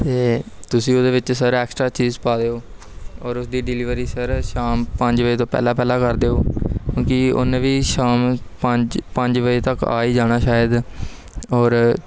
ਅਤੇ ਤੁਸੀਂ ਉਹਦੇ ਵਿੱਚ ਸਰ ਐਕਸਟਰਾ ਚੀਜ਼ ਪਾ ਦਿਓ ਔਰ ਉਸ ਦੀ ਡਿਲੀਵਰੀ ਸਰ ਸ਼ਾਮ ਪੰਜ ਵਜੇ ਤੋਂ ਪਹਿਲਾਂ ਪਹਿਲਾਂ ਕਰ ਦਿਓ ਕਿਉਂਕਿ ਉਹਨੇ ਵੀ ਸ਼ਾਮ ਨੂੰ ਪੰਜ ਪੰਜ ਵਜੇ ਤੱਕ ਆ ਹੀ ਜਾਣਾ ਸ਼ਾਇਦ ਔਰ